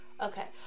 Okay